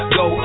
go